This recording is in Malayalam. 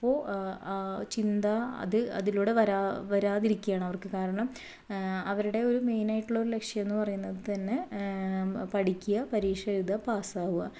ഇപ്പോൾ ചിന്ത അത് അതിലുടെ വര വരാതിരിക്കുകയാണ് അവർക്ക് കാരണം അവരുടെയൊരു മെയിനായിട്ടുള്ളൊരു ലക്ഷ്യമെന്ന് പറയുന്നത് തന്നെ പഠിക്കുക പരീക്ഷയെഴുതുക പാസ്സാവുക